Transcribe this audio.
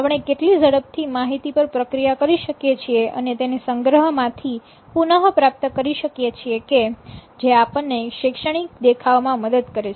આપણે કેટલી ઝડપથી માહિતી પર પ્રક્રિયા કરી શકીએ છીએ અને તેને સંગ્રહ માંથી પુનપ્રાપ્ત કરી શકીએ છીએ કે જે આપણને શૈક્ષણિક દેખાવમાં મદદ કરે છે